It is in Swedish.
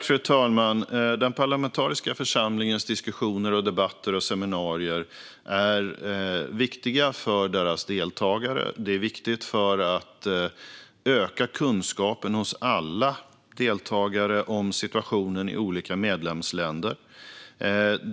Fru talman! Den parlamentariska församlingens diskussioner, debatter och seminarier är viktiga för deras deltagare. De är viktiga för att öka kunskapen hos alla deltagare om situationen i olika medlemsländer.